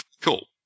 cool